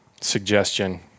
suggestion